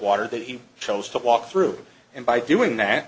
water that you chose to walk through and by doing that